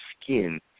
skin